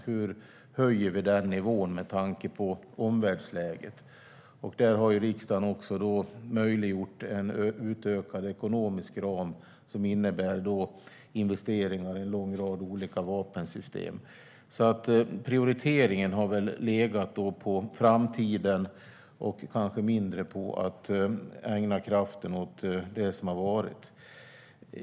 Hur höjer vi den nivån med tanke på omvärldsläget? Där har riksdagen också möjliggjort en utökad ekonomisk ram som innebär investeringar i en lång rad olika vapensystem. Prioriteringen har alltså legat på framtiden och kanske mindre på att ägna kraft åt det som har varit.